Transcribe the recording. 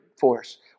force